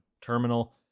terminal